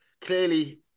clearly